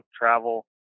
travel